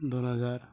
दोन हजार